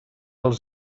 els